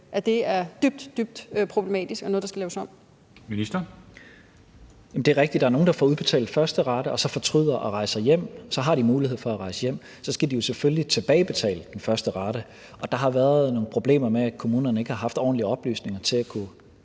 og integrationsministeren (Mattias Tesfaye): Det er rigtigt, at der er nogle, der får udbetalt første rate og så fortryder. Så har de mulighed for at rejse hjem. Så skal de jo selvfølgelig tilbagebetale den første rate, og der har været nogle problemer med, at kommunerne ikke har haft ordentlige oplysninger til at kunne